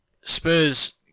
Spurs